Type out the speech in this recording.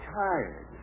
tired